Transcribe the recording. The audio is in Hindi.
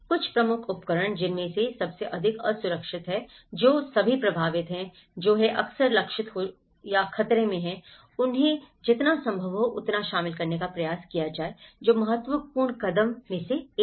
कुछ प्रमुख उपकरण जिनमें सबसे अधिक असुरक्षित है जो सभी प्रभावित हैं जो हैं अक्सर लक्षित या जो खतरे में हैं उन्हें जितना संभव हो उतना शामिल करने का प्रयास करें जो महत्वपूर्ण कदम में से एक है